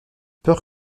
peur